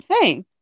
Hey